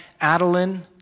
Adeline